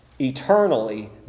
eternally